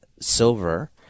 silver